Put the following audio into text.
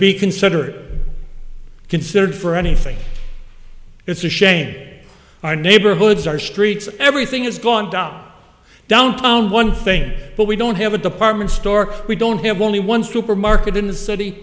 be considered considered for anything it's a shame our neighborhoods our streets everything is gone top down town one thing but we don't have a department store we don't have only one supermarket in the city